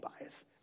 bias